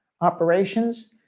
operations